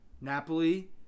Napoli